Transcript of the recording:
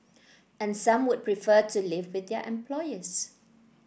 and some would prefer to live with their employers